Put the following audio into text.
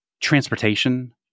transportation